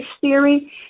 theory